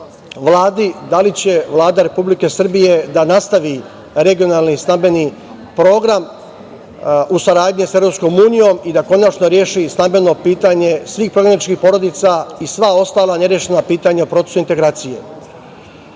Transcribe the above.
da li će Vlada Republike Srbije da nastavi regionalni stambeni program u saradnji sa EU i da konačno reši stambeno pitanje svih prognaničkih porodica i sva ostala nerešena pitanja u procesu integracije? Drugo